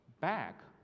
back